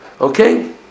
Okay